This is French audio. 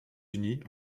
unis